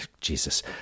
Jesus